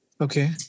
Okay